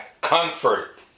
comfort